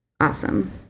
Awesome